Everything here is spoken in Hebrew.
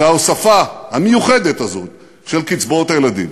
זה ההוספה המיוחדת הזאת של קצבאות הילדים,